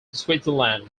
switzerland